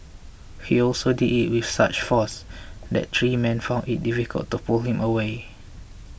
he also did it with such force that three men found it difficult to pull him away